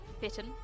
bitten